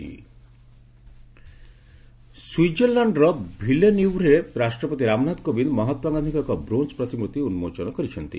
ପ୍ରେଜ୍ ସ୍ୱିଜରଲ୍ୟାଣ୍ଡ ସୁଇଜରଲ୍ୟାଣ୍ଡର ଭିଲେନିୟୁଭରେ ରାଷ୍ଟ୍ରପତି ରାମନାଥ କୋବିନ୍ଦ ମହାତ୍ମା ଗାନ୍ଧୀଙ୍କ ଏକ ବ୍ରୋଞ୍ଜ ପ୍ରତିମୂର୍ତ୍ତି ଉନ୍ମୋଚନ କରିଛନ୍ତି